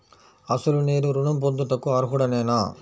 అసలు నేను ఋణం పొందుటకు అర్హుడనేన?